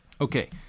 Okay